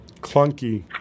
clunky